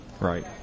Right